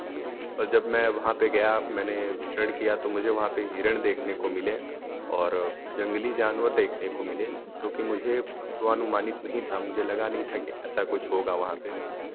पर जब मैं वहाँ पर गया मैंने विचरण किया तो मुझे वहाँ पर हिरण देखने को मिले और जंगली जानवर देखने को मिले जो कि मुझे पूर्वानुमानित नहीं था मुझे लगा नहीं था ऐसा कुछ होगा वहाँ पर